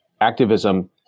activism